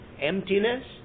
Emptiness